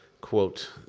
quote